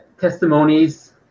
Testimonies